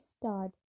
start